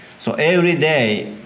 so every day